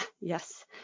Yes